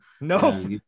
No